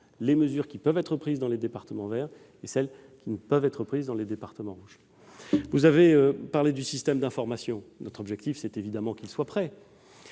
les mesures qui peuvent être prises dans les départements verts et celles qui ne peuvent pas l'être dans les départements rouges. Vous avez ensuite évoqué le système d'information. Notre objectif est évidemment qu'il soit prêt.